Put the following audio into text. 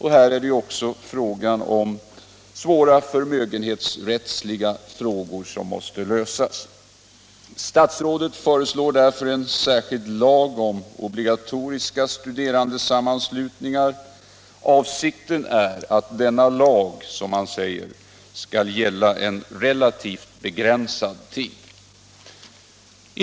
Här är det också svåra förmögenhetsrättsliga frågor som måste lösas. Statsrådet föreslår därför en särskild lag om obligatoriska studerandesammanslutningar. Avsikten är att denna lag, som han säger, skall gälla en relativt begränsad tid.